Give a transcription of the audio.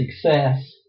success